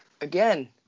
again